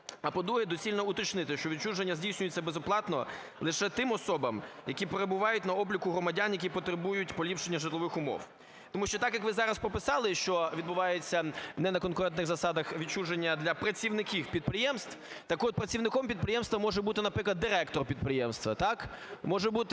А по-друге, доцільно уточнити, що відчуження здійснюється безоплатно лише тим особам, які перебувають на обліку громадян, які потребують поліпшення житлових умов. Тому що так, як ви зараз прописали, що відбувається не на конкурентних засадах відчуження для працівників підприємств, так от, працівником підприємства може бути, наприклад, директор підприємства, так?